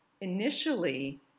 initially